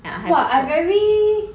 ya 还不错